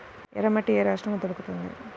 ఎర్రమట్టి ఏ రాష్ట్రంలో దొరుకుతుంది?